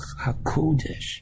HaKodesh